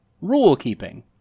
rule-keeping